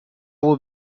will